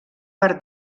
per